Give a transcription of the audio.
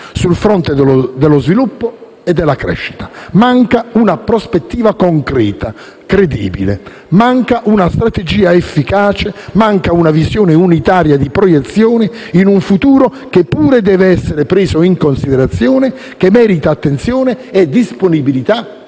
sul fronte dello sviluppo e della crescita. Manca una prospettiva concreta e credibile, manca una strategia efficace, manca una visione unitaria di proiezione in un futuro che pure deve essere preso in considerazione, che merita attenzione e disponibilità